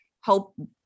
help